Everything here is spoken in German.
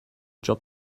job